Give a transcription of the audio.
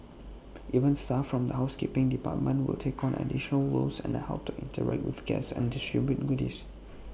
even staff from the housekeeping department will take on additional roles and help to interact with guests and distribute goodies